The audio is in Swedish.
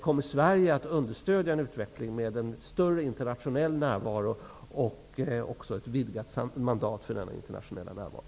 Kommer Sverige att understödja en utveckling med en större internationell närvaro och ett vidgat mandat för denna internationella närvaro?